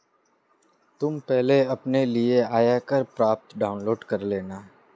तुम पहले अपने लिए आयकर प्रपत्र डाउनलोड कर लेना